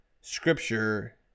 Scripture